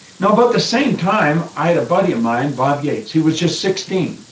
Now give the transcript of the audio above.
now, about the same time, i had a buddy of mine, bob yates, he was just sixteen,